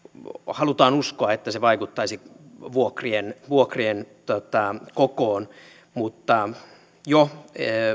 halutaan uskoa että se vaikuttaisi vuokrien vuokrien kokoon mutta jo